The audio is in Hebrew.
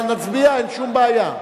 נצביע, אין שום בעיה.